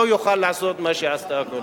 לא יוכל לעשות מה שעשתה הקואליציה.